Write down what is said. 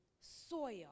soil